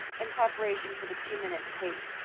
in preparation for the two minutes hate.